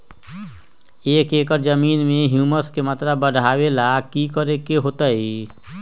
एक एकड़ जमीन में ह्यूमस के मात्रा बढ़ावे ला की करे के होतई?